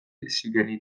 gintuen